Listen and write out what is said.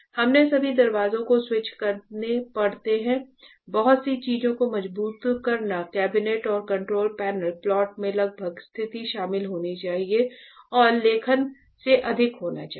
हमें सभी दरवाजों के स्विच करने पड़ते हैं बहुत सी चीजों को मजबूत करना कैबिनेट और कंट्रोल पैनल प्लॉट में लगभग स्थिति शामिल होनी चाहिए और लेखन से अधिक होना चाहिए